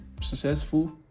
successful